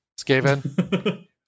Skaven